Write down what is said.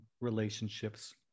relationships